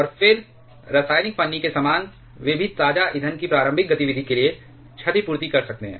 और फिर रासायनिक फन्नी के समान वे भी ताजा ईंधन की प्रारंभिक गतिविधि के लिए क्षतिपूर्ति कर सकते हैं